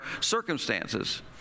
circumstances